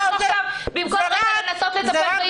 ועכשיו במקום לנסות לדבר על הצו את לוקחת אותנו לים.